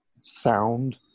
sound